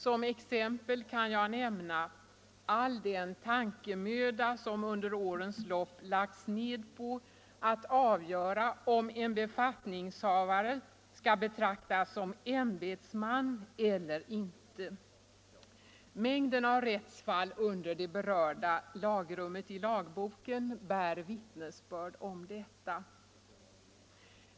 Som exempel = närer i offentlig kan jag nämna all den tankemöda som under årens lopp lagts ned på verksamhet att avgöra om en befattningshavare skall betraktas som ämbetsman eller inte. Mängden av rättsfall under det berörda lagrummet i lagboken bär vittnesbörd om detta.